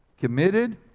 Committed